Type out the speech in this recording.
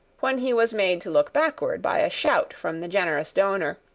when he was made to look backward by a shout from the generous donor,